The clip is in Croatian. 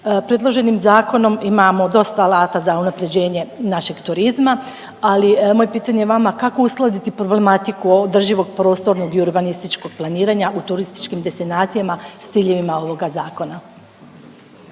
Predloženim zakonom imamo dosta alata za unaprjeđenje našeg turizma, ali moje pitanje vama kako uskladiti problematiku održivog prostornog i urbanističkog planiranja u turističkim destinacijama s ciljevima ovoga zakona?